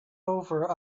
over